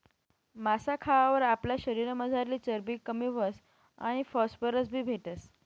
मासा खावावर आपला शरीरमझारली चरबी कमी व्हस आणि फॉस्फरस बी भेटस